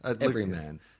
Everyman